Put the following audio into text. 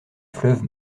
fleuve